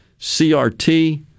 CRT